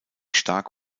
stark